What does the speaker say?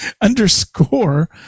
underscore